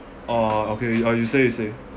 uh okay uh you say you say